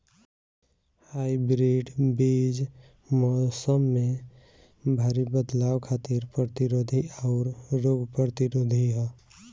hybrid बीज मौसम में भारी बदलाव खातिर प्रतिरोधी आउर रोग प्रतिरोधी ह